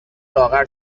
لاغر